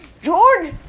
george